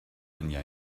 anja